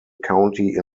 county